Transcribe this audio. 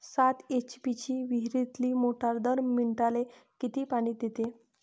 सात एच.पी ची विहिरीतली मोटार दर मिनटाले किती पानी देते?